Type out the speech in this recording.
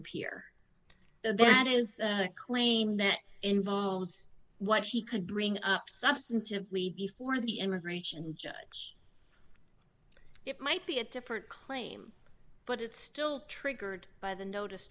appear that is a claim that involves what she could bring up substantively before the immigration judge it might be a different claim but it's still triggered by the notice